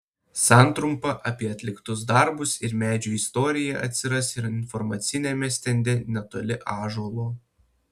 santrumpa apie atliktus darbus ir medžio istoriją atsiras ir informaciniame stende netoli ąžuolo